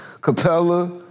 Capella